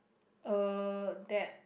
uh that